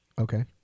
Okay